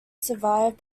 survived